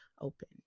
open